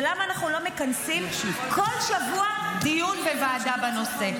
ולמה אנחנו לא מכנסים בכל שבוע דיון בוועדה בנושא.